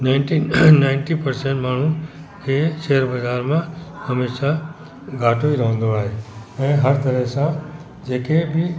ninety ninety percent माण्हूअ खे share बाज़ारि मां हमेशह घाटो ई रहंदो आहे ऐं हर तरह सां जेके बि